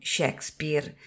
Shakespeare